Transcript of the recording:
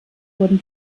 wurden